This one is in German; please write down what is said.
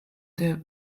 der